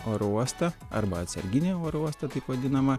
oro uostą arba atsarginį oro uostą taip vadinamą